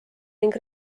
ning